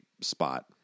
spot